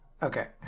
Okay